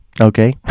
okay